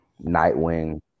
nightwing